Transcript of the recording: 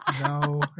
No